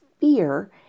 fear